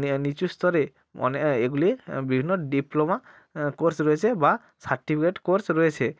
নিয়া নিচু স্তরে মনে হয় এগুলির বিভিন্ন ডিপ্লোমা কোর্স রয়েছে বা সার্টিফিকেট কোর্স রয়েছে